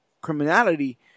criminality